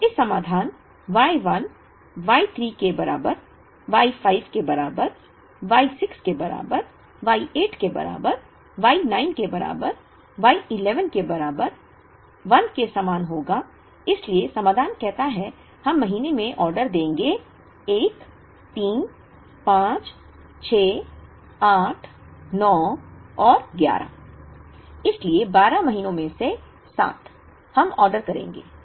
तो इसका समाधान Y 1 Y 3 के बराबर Y 5 के बराबर Y 6 के बराबर Y 8 के बराबर Y 9 के बराबर Y 11 के बराबर 1 के समान होगा इसलिए समाधान कहता है हम महीनों में ऑर्डर देंगे 1 3 5 6 8 9 और 11 इसलिए 12 महीनों में से 7 हम ऑर्डर करेंगे